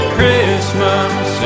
Christmas